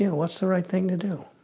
what's the right thing to do?